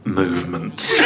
movements